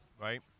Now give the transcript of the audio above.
right